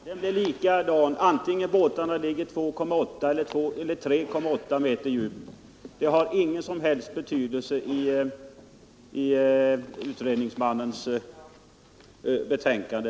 Herr talman! Administrationen för denna kanal blir likadan antingen fartygen ligger på 2,8 eller 3,8 meters djup. Den frågan har ingen som helst betydelse i utredningsmannens betänkande.